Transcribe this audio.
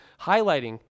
highlighting